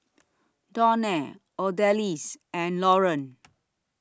Donell Odalys and Laureen